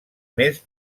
més